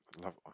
love